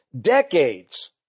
decades